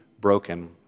broken